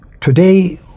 today